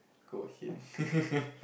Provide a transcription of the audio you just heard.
go ahead